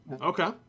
Okay